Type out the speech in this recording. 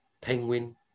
Penguin